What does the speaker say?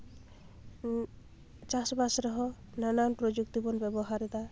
ᱪᱟᱥᱼᱵᱟᱥ ᱨᱮᱦᱚᱸ ᱱᱟᱱᱟᱱ ᱯᱨᱚᱡᱩᱠᱛᱤ ᱵᱚᱱ ᱵᱮᱵᱚᱦᱟᱨᱫᱟ